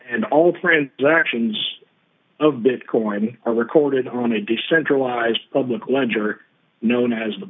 and all transactions of bitcoin are recorded on a decentralized public ledger known as the